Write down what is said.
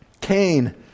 Cain